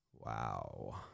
Wow